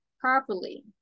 properly